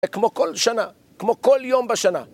כמו כל שנה, כמו כל יום בשנה.